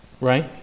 Right